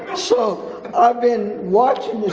so i've been watching the